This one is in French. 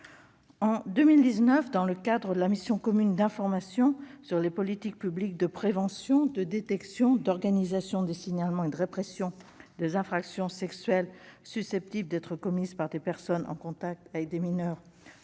En 2019, dans le cadre de la mission commune d'information sur les politiques publiques de prévention, de détection, d'organisation des signalements et de répression des infractions sexuelles susceptibles d'être commises par des personnes en contact avec des mineurs